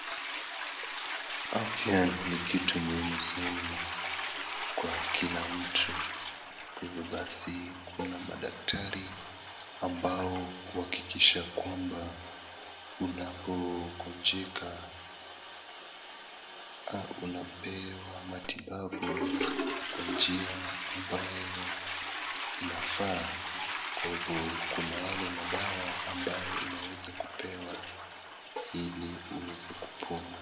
Afya ni kitu muhimu sana kwa kila mtu. Kwa hivo basi kuna madaktari ambao huhakikisha kwamba unapogonjeka unapewa matibabu kwa njia ambayo inafaa. Kwa hivo kuna yale madawa ambayo unaweza kupewa ili uweze kupona.